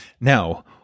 Now